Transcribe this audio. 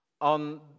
on